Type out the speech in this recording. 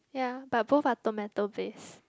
ya but both are tomato based